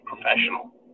professional